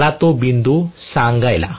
मला तो बिंदू सांगायला